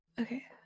Okay